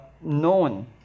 known